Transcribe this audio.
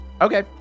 Okay